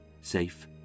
safe